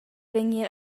vegnir